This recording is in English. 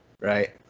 right